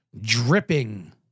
dripping